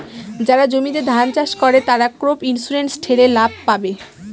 যারা জমিতে ধান চাষ করে, তারা ক্রপ ইন্সুরেন্স ঠেলে লাভ পাবে